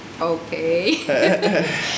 okay